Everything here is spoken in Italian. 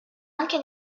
anche